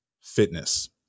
fitness